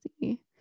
see